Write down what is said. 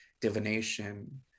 divination